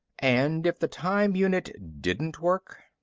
and if the time unit didn't work?